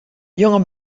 jonge